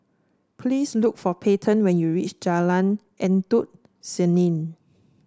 please look for Payten when you reach Jalan Endut Senin